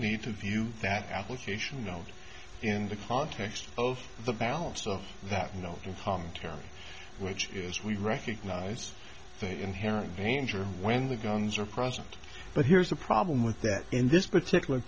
need to view that application known in the context of the balance of that you know in commentary which is we recognize the inherent danger of when the guns are present but here's the problem with that in this particular